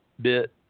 bit